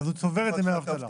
אז הוא צובר את ימי האבטלה.